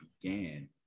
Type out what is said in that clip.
began